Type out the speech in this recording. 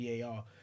VAR